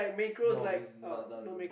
no is nah doesn't